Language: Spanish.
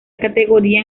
categoría